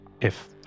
if